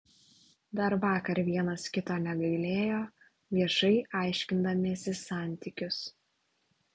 dar vakar vienas kito negailėjo viešai aiškindamiesi santykius